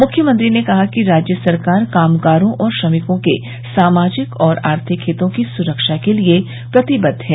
मुख्यमंत्री ने कहा कि राज्य सरकार कामगारों और श्रमिकों के सामाजिक और आर्थिक हितों की सुरक्षा के लिये प्रतिबद्व है